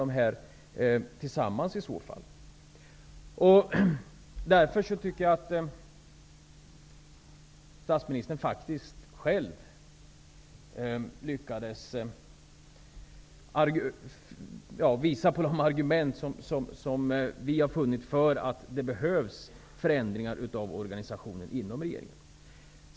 Jag tycker därför att statsministern faktiskt själv lyckades visa på de argument som vi har funnit för att det behövs förändringar av organisationen inom regeringen.